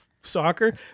soccer